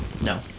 No